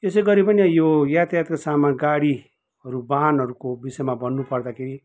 यसै गरी पनि यो यातायातको सामान गाडीहरू वाहनहरूको बिषयमा भन्नु पर्दाखेरि